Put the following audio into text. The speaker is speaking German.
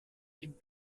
dem